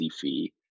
fee